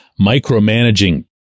micromanaging